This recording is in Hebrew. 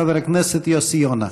חבר הכנסת יוסי יונה.